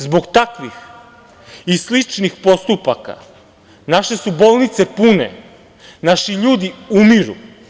Zbog takvih i sličnih postupaka naše su bolnice pune, naši ljudi umiru.